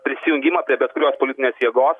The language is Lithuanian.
prisijungimą prie bet kurios politinės jėgos